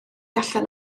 allan